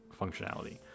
functionality